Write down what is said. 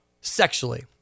sexually